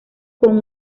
con